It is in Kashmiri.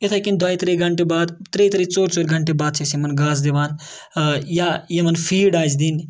یِتھَے کٔنۍ دۄیہِ ترٛیٚیہِ گنٹہٕ بعد ترٛیٚیہِ ترٛیٚیہِ ژورِ ژورِ گنٹہِ بعد چھِ أسۍ یِمَن گاسہٕ دِوان یا یِمَن فیٖڈ آسہِ دِنۍ